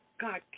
God